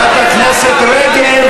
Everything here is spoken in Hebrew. חברת הכנסת רגב.